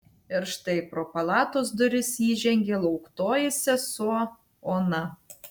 ir štai pro palatos duris įžengė lauktoji sesuo ona